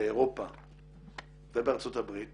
באירופה ובארצות הברית